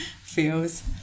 feels